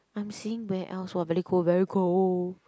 I'm saying where else !wah! very cold very cold